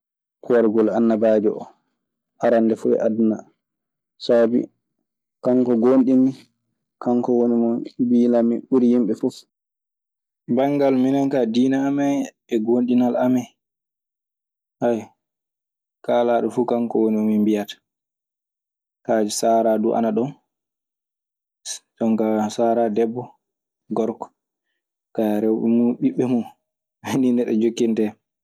Wargol annabaajo oo, arannde fuu e aduna saabii kanko gooŋɗinmi, kanko woni mo miilammi ɓuri yimɓe fuf. Banngal minen kaa diine amen e goonɗinal amen. kaalaaɗo fuu kanko woni mo mbiyata. saaraa du ana ɗon. Jon kaa saaraa debbo, gorko. Kaa, rewɓe mun, ɓiɓɓe mun. Min miɗe jokkinta hen.